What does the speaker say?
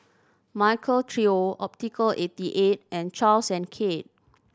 Michael Trio Optical eighty eight and Charles and Keith